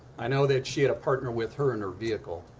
i know that she and apart and with turner vehicle